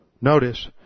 Notice